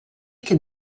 can